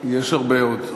יש הרבה עוד.